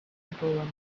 visible